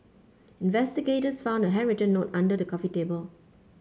investigators found a handwritten note under the coffee table